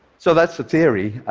so that's the theory.